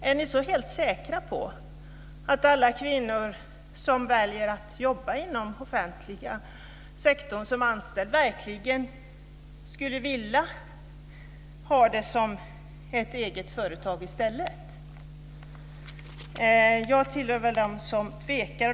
Är ni så helt säkra på att alla kvinnor som väljer att jobba inom den offentliga sektorn som anställda verkligen skulle vilja göra det som egna företagare i stället? Jag tillhör dem som tvekar.